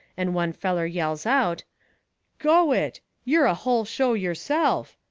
and one feller yells out go it you're a hull show yourself!